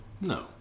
No